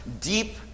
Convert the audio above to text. deep